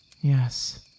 Yes